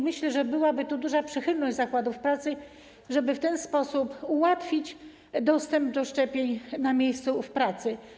Myślę, że byłaby duża przychylność zakładów pracy, żeby w ten sposób ułatwić dostęp do szczepień na miejscu w pracy.